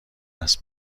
است